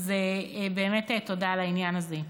אז באמת תודה על העניין הזה.